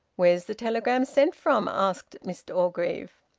where's the telegram sent from? asked mr orgreave.